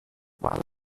while